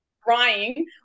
crying